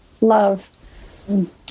love